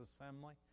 assembly